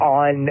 on